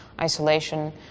isolation